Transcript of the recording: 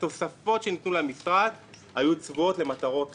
התוספות שניתנו למשרד היו צבועות למטרות חברתיות,